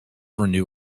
renew